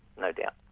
no doubt.